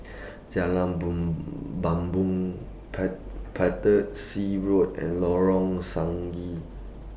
Jalan Bumbong Road and Lorong Stangee